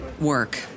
work